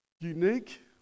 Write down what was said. unique